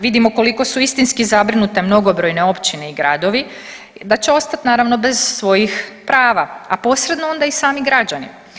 Vidimo koliko su istinski zabrinute mnogobrojne općine i gradovi, da će ostati naravno bez svojih prava, a posredno onda i sami građani.